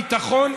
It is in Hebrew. ביטחון,